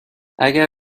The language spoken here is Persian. اگر